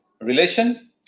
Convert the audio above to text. relation